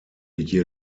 year